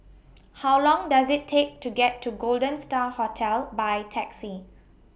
How Long Does IT Take to get to Golden STAR Hotel By Taxi